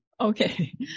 Okay